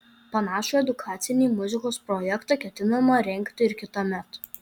panašų edukacinį muzikos projektą ketinama rengti ir kitąmet